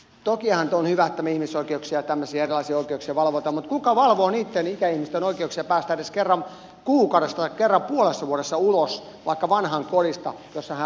tokihan on hyvä että me ihmisoikeuksia ja tämmöisiä erilaisia oikeuksia valvomme mutta kuka valvoo niitten ikäihmisten oikeuksia päästä edes kerran kuukaudessa tai kerran puolessa vuodessa ulos vaikka vanhainkodista jossa he asuvat